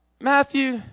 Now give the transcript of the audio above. Matthew